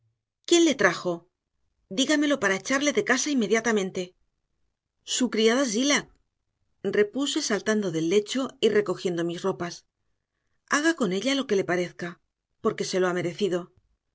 quién le trajo dígamelo para echarle de casa inmediatamente su criada zillah repuse saltando del lecho y recogiendo mis ropas haga con ella lo que le parezca porque se lo ha merecido